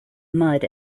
mud